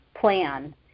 plan